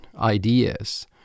ideas